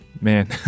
man